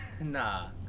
Nah